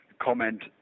comment